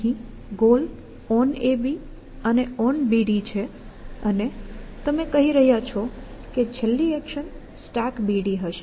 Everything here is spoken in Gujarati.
અહીં ગોલ OnAB અને OnBD છે અને તમે કહી રહ્યા છો કે છેલ્લી એક્શન StackBD હશે